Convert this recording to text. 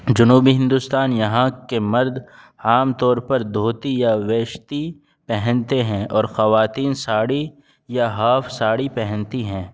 جنوبی ہندوستان یہاں کے مرد عام طور پر دھوتی یا ویشتی پہنتے ہیں اور خواتین ساڑی یا ہاف ساڑی پہنتی ہیں